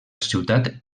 ciutat